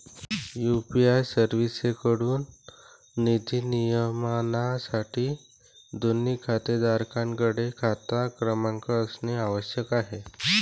UPI सर्व्हिसेसएकडून निधी नियमनासाठी, दोन्ही खातेधारकांकडे खाता क्रमांक असणे आवश्यक आहे